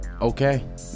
okay